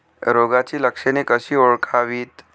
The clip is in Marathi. रोगाची लक्षणे कशी ओळखावीत?